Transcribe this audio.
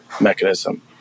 mechanism